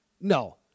No